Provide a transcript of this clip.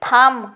থাম